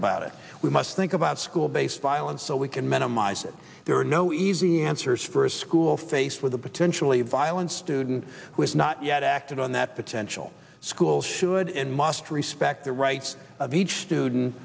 about it we must think about school based violence so we can minimize it there are no easy answers for a school faced with a potentially violent student who has not yet acted on that potential school should and must respect the rights of each student